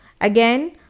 Again